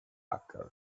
hacker